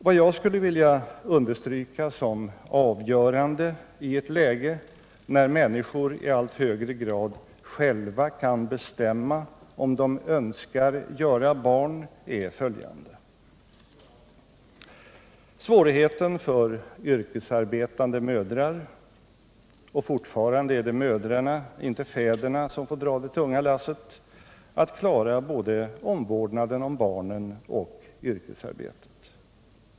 Vad jag skulle vilja understryka som avgörande i ett läge när människor i allt högre grad själva kan bestämma om de önskar göra barn är följande: Svårigheten för yrkesarbetande mödrar — och fortfarande är det mödrarna, inte fäderna som får dra det tunga lasset — att klara både omvårdnaden om barnen och yrkesarbetet.